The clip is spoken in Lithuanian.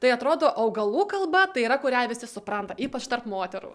tai atrodo augalų kalba tai yra kurią visi supranta ypač tarp moterų